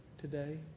today